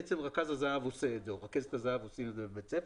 עצם רכז או רכזת הזה"ב עושים את זה בבית הספר.